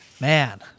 man